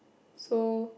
so